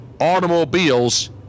automobiles